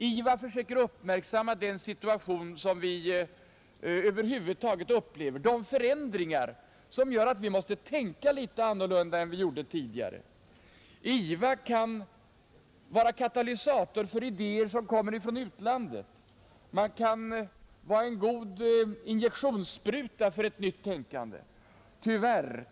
IVA försöker uppmärksamma den situation som vi över huvud taget upplever, de förändringar som gör att vi måste tänka litet annorlunda än vi gjorde tidigare. IVA kan vara katalysator för idéer som kommer från utlandet. Man kan vara en god injektionsspruta för ett nytt tänkande.